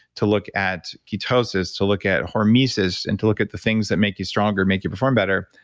to look at ketosis, to look at hormesis, and to look at the things that make you stronger, make you perform better,